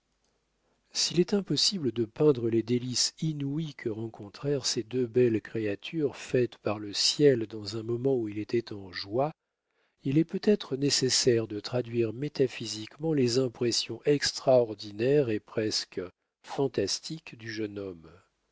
s'il est impossible de peindre les délices inouïes que rencontrèrent ces deux belles créatures faites par le ciel dans un moment où il était en joie il est peut-être nécessaire de traduire métaphysiquement les impressions extraordinaires et presque fantastiques du jeune homme